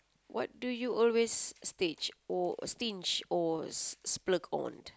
what do you always stage or stinge or splurge on